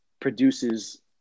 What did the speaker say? produces